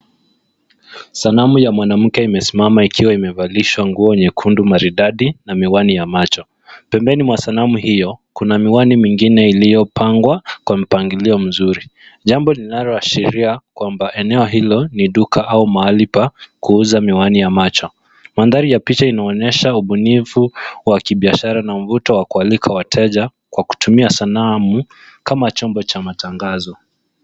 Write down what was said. Sanamu ya mwanamke imesimama ikiwa imevalishwa nguo nyekundu maridadi na miwani ya macho. Pembeni mwa sanamu hiyo, kuna miwani mingine iliyopangwa kwa mpangilio mzuri, jambo linaloashiria kwamba eneo hilo ni duka au mahali pa kuuza miwani ya macho. Mandhari ya picha inaonyesha ubunifu wa kibiashara na mvuto wa kualika wateja kwa kutumia sanamu kama chombo cha matangazo.